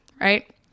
Right